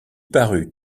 parut